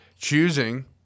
choosing